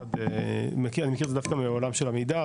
אני מכיר את זה דווקא מעולם של עמידר,